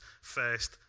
first